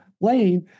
lane